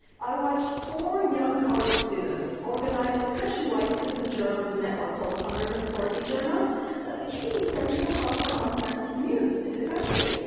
i watched four young college students organize a countrywide citizen journalism network called one hundred and forty journos that became the central hub for uncensored news in the country.